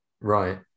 Right